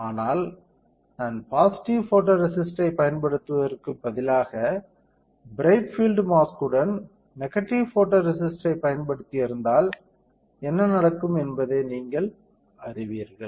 ஆனால் நான் பாசிட்டிவ் ஃபோட்டோரேசிஸ்டைப் பயன்படுத்துவதற்குப் பதிலாக பிரைட் பீல்ட் மாஸ்க் உடன் நெகடிவ் ஃபோட்டோரேசிஸ்டைப் பயன்படுத்தியிருந்தால் என்ன நடக்கும் என்பதை நீங்கள் அறிவீர்கள்